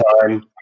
time